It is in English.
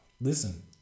listen